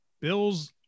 Bills